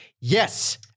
Yes